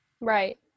Right